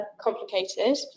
complicated